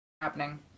happening